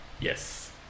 Yes